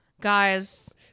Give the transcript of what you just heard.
Guys